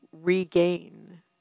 regain